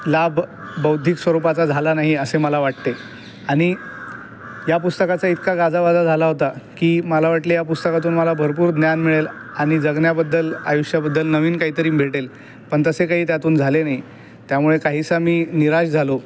लाभ बौद्धिक स्वरूपाचा झाला नाही असे मला वाटते आणि या पुस्तकाचा इतका गाजावाजा झाला होता की मला वाटले या पुस्तकातून मला भरपूर ज्ञान मिळेल आणि जगण्याबद्दल आयुष्याबद्दल नवीन काहीतरी म् भेटेल पण तसे काही त्यातून झाले नाही त्यामुळे काहीसा मी निराश झालो